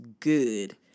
good